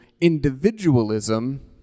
individualism